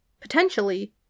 potentially